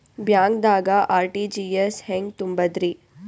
ಬ್ಯಾಂಕ್ದಾಗ ಆರ್.ಟಿ.ಜಿ.ಎಸ್ ಹೆಂಗ್ ತುಂಬಧ್ರಿ?